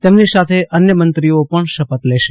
તેમની સાથે અન્ય મંત્રીઓ પણ શપથ લેશે